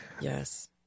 yes